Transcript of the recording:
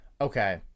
okay